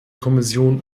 kommission